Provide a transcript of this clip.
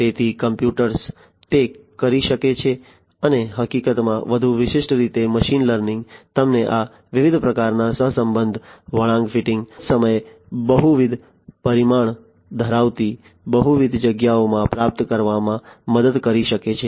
તેથી કમ્પ્યુટર્સ તે કરી શકે છે અને હકીકતમાં વધુ વિશિષ્ટ રીતે મશીન લર્નિંગ તમને આ વિવિધ પ્રકારના સહસંબંધ વળાંક ફિટિંગ એક જ સમયે બહુવિધ પરિમાણ ધરાવતી બહુવિધ જગ્યાઓમાં પ્રાપ્ત કરવામાં મદદ કરી શકે છે